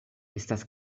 estas